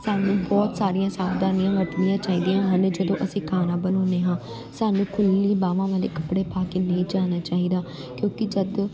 ਸਾਨੂੰ ਬਹੁਤ ਸਾਰੀਆਂ ਸਾਵਧਾਨੀਆਂ ਵਰਤਣੀਆਂ ਚਾਹੀਦੀਆਂ ਹਨ ਜਦੋਂ ਅਸੀਂ ਖਾਣਾ ਬਣਾਉਂਦੇ ਹਾਂ ਸਾਨੂੰ ਖੁੱਲ੍ਹੀ ਬਾਹਵਾਂ ਵਾਲੇ ਕੱਪੜੇ ਪਾ ਕੇ ਨਹੀਂ ਜਾਣਾ ਚਾਹੀਦਾ ਕਿਉਂਕਿ ਜਦੋਂ